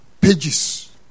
pages